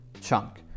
chunk